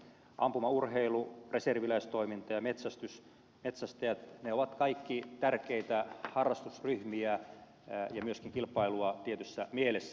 ampumaurheilu reserviläistoiminta ja metsästys ovat kaikki tärkeitä harrastusryhmiä ja myöskin kilpailua tietyssä mielessä